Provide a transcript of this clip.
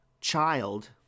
child